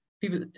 people